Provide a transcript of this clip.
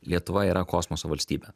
lietuva yra kosmoso valstybė